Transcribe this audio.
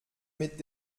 mit